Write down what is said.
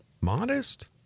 modest